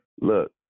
Look